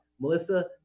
Melissa